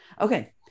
Okay